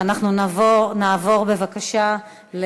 אין תשובת שר.